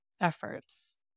efforts